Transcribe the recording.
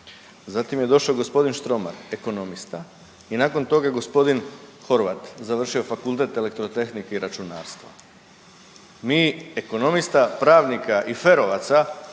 Zatim je došao gospodin Štromar ekonomista i nakon toga gospodin Horvat. Završio je Fakultet elektrotehnike i računarstva. Mi ekonomista, pravnika i ferovaca